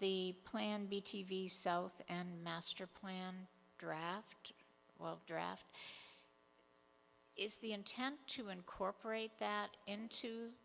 the plan b t v self and master plan draft draft is the intent to incorporate that into